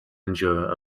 endure